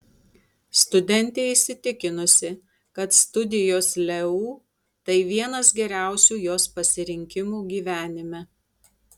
studentė įsitikinusi kad studijos leu tai vienas geriausių jos pasirinkimų gyvenime